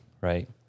right